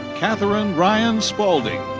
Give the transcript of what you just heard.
katherine ryan spaulding.